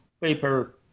paper